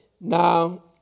Now